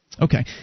Okay